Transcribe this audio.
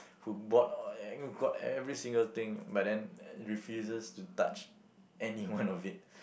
who bought got every single thing but then refuses to touch any one of it